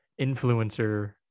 influencer